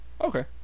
Okay